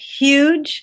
huge